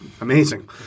amazing